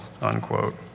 unquote